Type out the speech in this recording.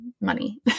money